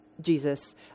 Jesus